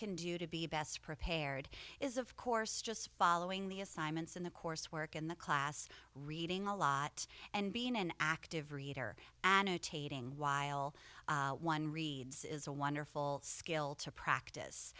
can do to be best prepared is of course just following the assignments in the coursework in the class reading a lot and being an active reader annotating while one reads is a wonderful skill to practice